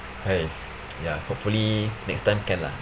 !hais! ya hopefully next time can lah